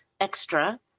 extra